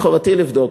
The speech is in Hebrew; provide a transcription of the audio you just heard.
וחובתי לבדוק.